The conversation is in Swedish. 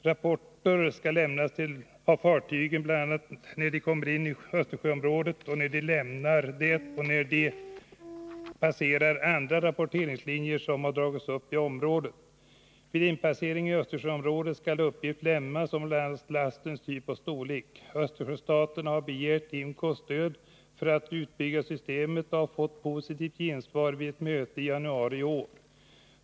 Rapporter skall lämnas av fartygen bl.a. när de kommer in i Östersjöområdet, när de lämnar det och när de passerar andra rapporteringslinjer som har dragits upp i området. Vid inpassering i Östersjöområdet skall uppgift lämnas om bl.a. lastens typ och storlek. Östersjöstaterna har begärt IMCO:s stöd för det utbyggda systemet och har fått positivt gensvar vid ett möte i januari i år.